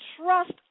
trust